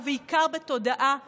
ובעיקר בתודעה שלנו,